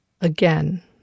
Again